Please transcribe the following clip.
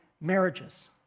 marriages